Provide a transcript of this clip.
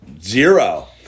zero